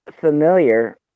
familiar